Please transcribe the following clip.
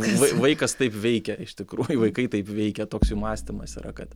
vai vaikas taip veikia iš tikrųjų vaikai taip veikia toks jų mąstymas yra kad